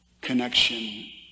connection